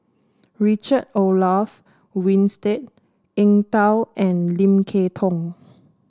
Richard Olaf Winstedt Eng Tow and Lim Kay Tong